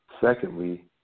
Secondly